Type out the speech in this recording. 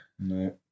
no